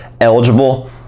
eligible